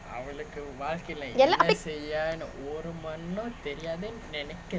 ya lah